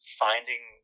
finding